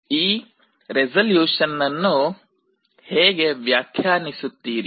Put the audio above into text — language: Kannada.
ಈ ರೆಸೊಲ್ಯೂಷನ್ ಅನ್ನು ಹೇಗೆ ವ್ಯಾಖ್ಯಾನಿಸುತ್ತೀರಿ